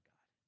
God